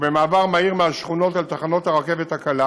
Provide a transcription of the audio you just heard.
ובמעבר מהיר מהשכונות אל תחנות הרכבת הקלה